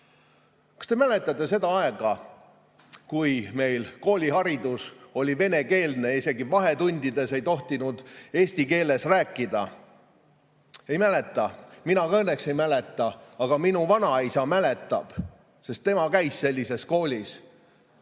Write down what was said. te mäletate seda aega, kui meil kooliharidus oli venekeelne, isegi vahetundides ei tohtinud eesti keeles rääkida? Ei mäleta. Mina ka õnneks ei mäleta, aga minu vanaisa mäletab, sest tema käis sellises koolis.